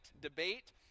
Debate